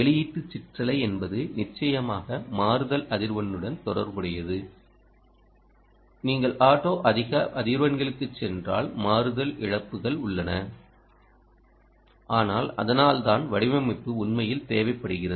வெளியீட்டு சிற்றலை என்பது நிச்சயமாக மாறுதல் அதிர்வெண்ணுடன் தொடர்புடையதுநீங்கள் ஆடோ அதிக அதிர்வெண்களுக்குச் சென்றால் மாறுதல் இழப்புகள் உள்ளன ஆனால் அதனால்தான் வடிவமைப்பு உண்மையில் தேவைப்படுகிறது